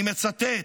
אני מצטט.